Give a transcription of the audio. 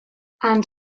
and